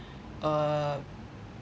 uh